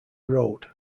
road